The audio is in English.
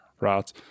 right